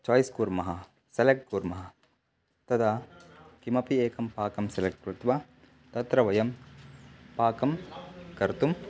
choice कुर्मः select कुर्मः तदा किमपि एकं पाकं सेलेक्ट् कृत्वा तत्र वयं पाकं कर्तुं